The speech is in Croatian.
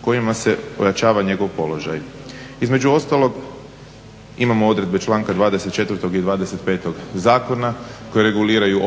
kojima se ojačava njegov položaj. Između ostalog imamo odredbe članka 24. i 25. Zakona koje reguliraju